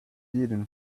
hidden